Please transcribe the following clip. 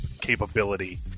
capability